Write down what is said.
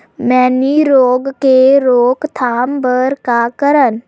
मैनी रोग के रोक थाम बर का करन?